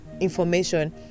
information